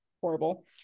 horrible